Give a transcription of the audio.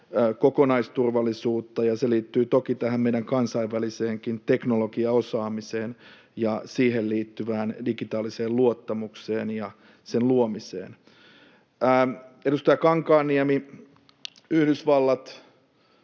kokonaisturvallisuutta, ja se liittyy toki tähän meidän kansainväliseenkin teknologiaosaamiseen ja siihen liittyvään digitaaliseen luottamukseen ja sen luomiseen. Edustaja Kankaanniemi, Yhdysvallat